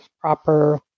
proper